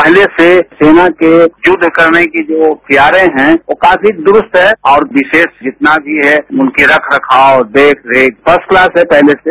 पहले से सेना के युद्ध करने की जो हथियारे हैं वे काफी दुरुस्त हैं और विशेष जितना भी है उनकी रखरखाव देखरेख फर्सट क्लास है पहले से